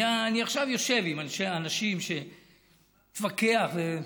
אני עכשיו יושב עם אנשים, מפקח, טוב,